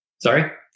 Sorry